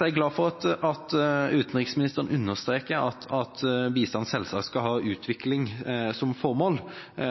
er glad for at utenriksministeren understreker at bistanden selvsagt skal ha utvikling som formål,